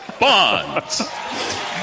Bonds